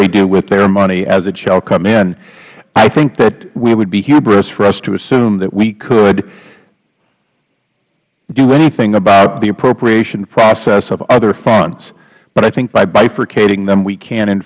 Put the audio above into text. they do with their money as it shall come in i think that we would be hubris for us to assume that we could do anything about the appropriation process of other funds but i think by bifurcating them we can in